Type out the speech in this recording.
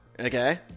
Okay